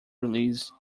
release